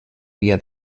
via